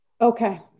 Okay